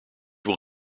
will